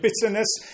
bitterness